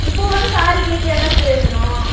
இப்போ வந்து சாரி கேட்டு என்ன ப்ரோயோஜனம்